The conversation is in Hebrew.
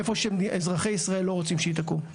איפה שאזרחי ישראל לא רוצים שהיא תקום.